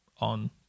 on